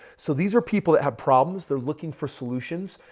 so, these are people that have problems. they're looking for solutions.